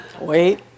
wait